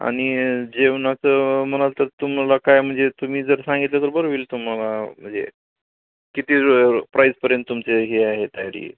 आणि जेवणाचं म्हणालं तर तुम्हाला काय म्हणजे तुम्ही जर सांगितलं तर बरं होईल तुम्हाला म्हणजे किती प्राईसपर्यंत तुमचे हे आहे तयारी